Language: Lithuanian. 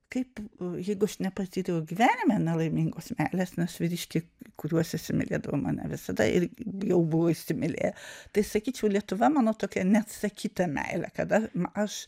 kaip jeigu aš nepatyriau gyvenime ane laimingos meilės nes vyriškiai kuriuos įsimylėdavau mane visada irgi jau buvo įsimylėję tai sakyčiau lietuva mano tokia neatsakyta meilė kada aš